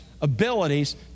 abilities